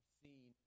seen